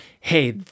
hey